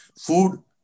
food